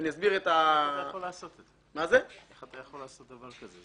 איך אתה יכול לעשות דבר כזה?